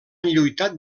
lluitat